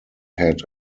had